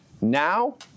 Now